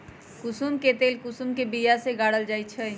कुशुम के तेल कुशुम के बिया से गारल जाइ छइ